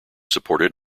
supported